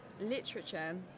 literature